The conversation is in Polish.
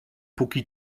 póki